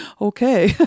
Okay